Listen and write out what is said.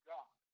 God